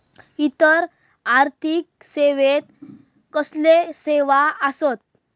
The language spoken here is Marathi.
इतर आर्थिक सेवेत कसले सेवा आसत?